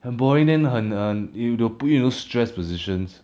很 boring then 很很 it'll put you to stress positions